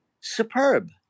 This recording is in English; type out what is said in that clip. superb